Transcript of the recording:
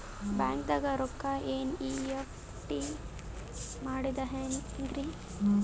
ಬ್ಯಾಂಕ್ದಾಗ ರೊಕ್ಕ ಎನ್.ಇ.ಎಫ್.ಟಿ ಮಾಡದ ಹೆಂಗ್ರಿ?